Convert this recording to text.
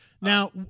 now